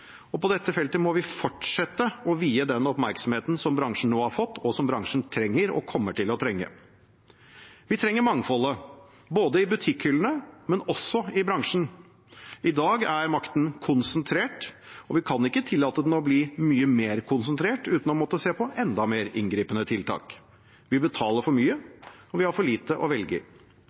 På dette feltet må vi fortsette å vie bransjen den oppmerksomheten den nå har fått, og som bransjen trenger og kommer til å trenge. Vi trenger mangfoldet – i butikkhyllene, men også i bransjen. I dag er makten konsentrert, og vi kan ikke tillate den å bli mye mer konsentrert uten å måtte se på enda mer inngripende tiltak. Vi betaler for mye, og vi har for lite å velge